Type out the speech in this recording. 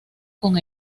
con